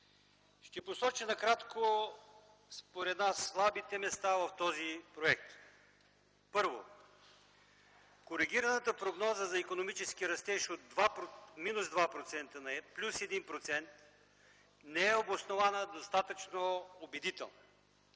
Ще посоча накратко слабите места, според нас, в този проект. Първо, коригираната прогноза за икономически растеж от минус 2% на плюс 1% не е обоснована достатъчно убедително.